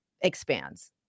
expands